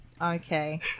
Okay